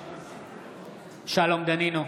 נגד שלום דנינו,